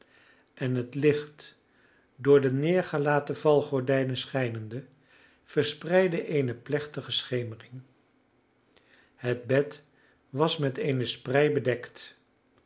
en het licht door de neergelaten valgordijnen schijnende verspreidde eene plechtige schemering het bed was met eene sprei bedekt